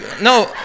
no